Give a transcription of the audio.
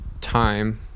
time